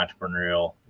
entrepreneurial